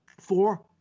four